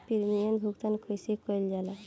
Premium भुगतान कइसे कइल जाला?